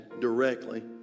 directly